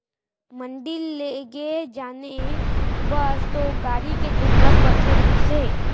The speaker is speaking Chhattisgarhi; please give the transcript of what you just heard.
मंडी लेगे लाने बर तो गाड़ी के जरुरत पड़ते रहिस हे